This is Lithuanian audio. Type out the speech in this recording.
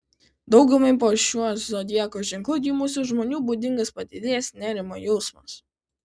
daugumai po šiuo zodiako ženklu gimusių žmonių būdingas padidėjęs nerimo jausmas